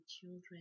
children